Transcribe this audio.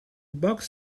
box